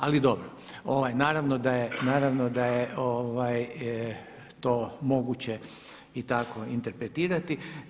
Ali dobro, naravno da je, naravno da je to moguće i tako interpretirati.